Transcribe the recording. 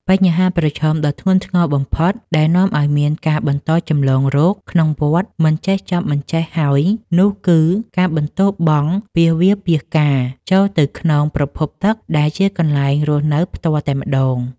បញ្ហាប្រឈមដ៏ធ្ងន់ធ្ងរបំផុតដែលនាំឱ្យមានការបន្តចម្លងរោគក្នុងវដ្តមិនចេះចប់មិនចេះហើយនោះគឺ ការបន្ទោបង់ពាសវាលពាសកាល ចូលទៅក្នុងប្រភពទឹកដែលជាកន្លែងរស់នៅផ្ទាល់តែម្តង។